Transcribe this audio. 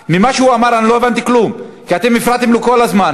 אנחנו לא אמורים לקרוא לסדר ואני לא מתכוון לקרוא לסדר אף אחד,